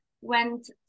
went